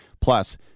Plus